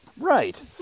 right